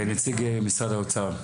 נציג משרד האוצר,